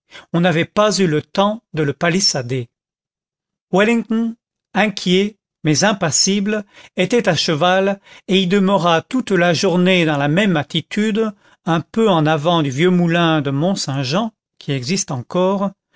on n'avait pas eu le temps de le palissader wellington inquiet mais impassible était à cheval et y demeura toute la journée dans la même attitude un peu en avant du vieux moulin de mont-saint-jean qui existe encore